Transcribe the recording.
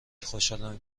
خوشحالم